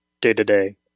day-to-day